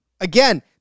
again